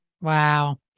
Wow